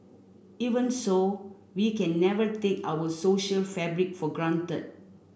even so we can never take our social fabric for granted